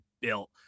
built